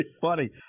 funny